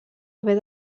haver